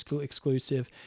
exclusive